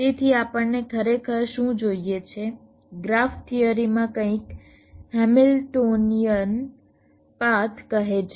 તેથી આપણને ખરેખર શું જોઈએ છે ગ્રાફ થિયરી માં કંઈક હેમિલ્ટોનિયન પાથ કહે છે